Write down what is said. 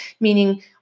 meaning